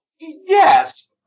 yes